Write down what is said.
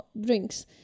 drinks